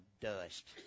dust